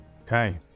okay